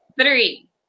Three